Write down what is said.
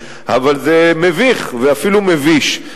אבל זה מביך ואפילו מביש.